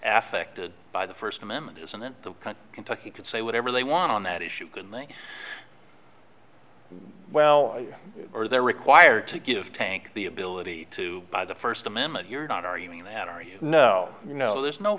aspected by the first amendment isn't it the kentucky could say whatever they want on that issue can they well they're required to give tank the ability to buy the first amendment you're not arguing that are you know you know there's no